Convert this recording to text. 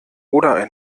oder